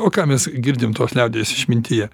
o ką mes girdim tos liaudies išmintyje